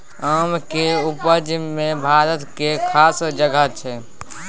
आम केर उपज मे भारत केर खास जगह छै